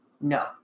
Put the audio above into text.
No